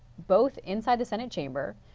both inside the senate chamber.